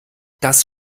das